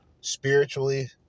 Spiritually